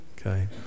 okay